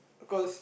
cause